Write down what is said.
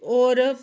होर